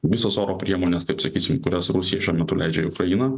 visos oro priemonės taip sakysim kurias rusija šiuo metu leidžia į ukrainą